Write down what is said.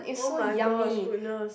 oh-my-gosh goodness